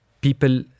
people